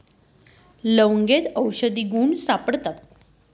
लवंगमा आवषधी गुण सापडतस